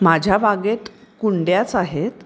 माझ्या बागेत कुंड्याच आहेत